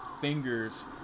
fingers